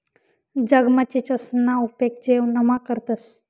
जगमा चीचसना उपेग जेवणमा करतंस